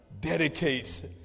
dedicates